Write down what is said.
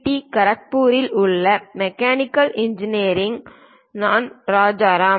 D கரக்பூரில் உள்ள mechanical engineering நான் ராஜாராம்